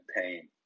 pain